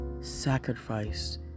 sacrificed